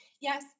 Yes